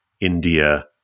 India